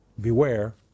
beware